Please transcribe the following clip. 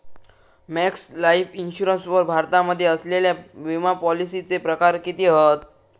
Max Life insurance वर भारतामध्ये असलेल्या विमापॉलिसीचे प्रकार किती हत?